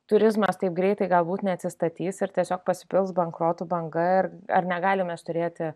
turizmas taip greitai galbūt neatsistatys ir tiesiog pasipils bankrotų banga ir ar negalim mes turėti